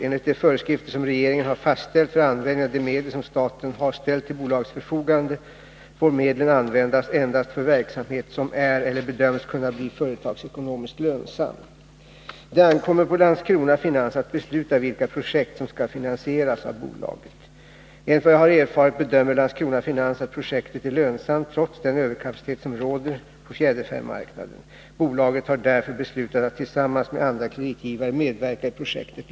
Enligt de föreskrifter som regeringen har fastställt för användningen av de medel som staten har ställt till bolagets förfogande får medlen användas endast för verksamhet som är eller bedöms kunna bli företagsekonomiskt lönsam. Det ankommer på Landskrona Finans att besluta vilka projekt som skall finansieras av bolaget. Enligt vad jag har erfarit bedömer Landskrona Finans att projektet är lönsamt trots den överkapacitet som råder på fjäderfämarknaden. Bolaget har därför beslutat att tillsammans med andra kreditgivare medverka i projektet.